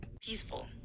peaceful